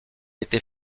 était